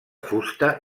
fusta